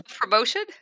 promotion